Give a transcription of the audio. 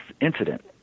incident